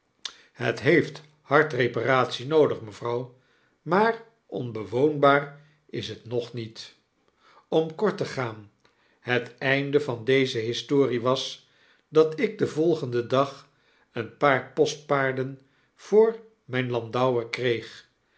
het heeft hard reparatie noodig mevrouw maar onbewoonbaar is het nog niet om kort te gaan het einde van deze historie was dat ik den volgenden dag een paar postpaarden voor myn landouwer kreeg